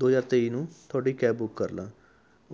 ਦੋ ਹਜ਼ਾਰ ਤੇਈ ਨੂੰ ਤੁਹਾਡੀ ਕੈਬ ਬੁੱਕ ਕਰ ਲਾਂ